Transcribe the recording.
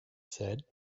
said